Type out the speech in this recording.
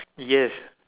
yes